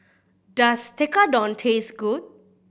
does Tekkadon taste good